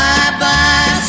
Bye-bye